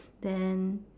then